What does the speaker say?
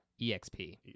EXP